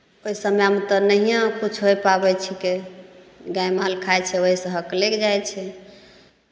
ओहि समयमे तऽ नहिंयें किछु होइ पावै छिकै गाय माल खाइ छै ओहिश्रसऽ हक लागि जाइ छै